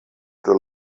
pro